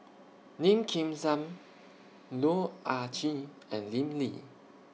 Lim Kim San Loh Ah Chee and Lim Lee